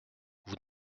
vous